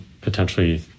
potentially